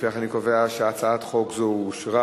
לפיכך, אני קובע שהצעת חוק זו אושרה